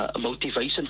motivation